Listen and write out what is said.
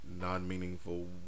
non-meaningful